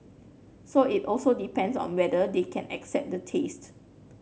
so it also depends on whether they can accept the taste